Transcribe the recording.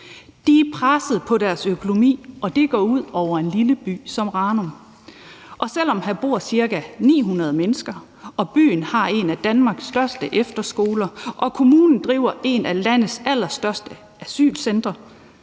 De er pressede på deres økonomi, og det går ud over en lille by som Ranum, og selv om der i byen bor ca. 900 mennesker og den har en af Danmarks største efterskoler og kommunen driver et af landets allerstørste asylcentre,